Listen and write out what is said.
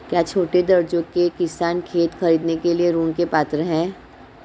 क्या छोटे दर्जे के किसान खेत खरीदने के लिए ऋृण के पात्र हैं?